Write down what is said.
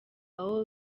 abo